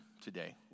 today